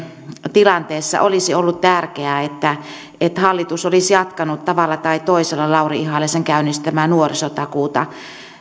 tilanteessa olisi ollut tärkeää että että hallitus olisi jatkanut tavalla tai toisella lauri ihalaisen käynnistämää nuorisotakuuta